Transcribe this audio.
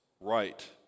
right